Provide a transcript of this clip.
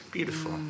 Beautiful